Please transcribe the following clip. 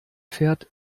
fährt